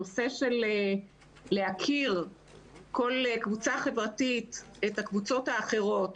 הנושא של להכיר כל קבוצה חברתית את הקבוצות האחרות,